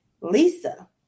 Lisa